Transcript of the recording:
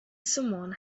someone